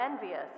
envious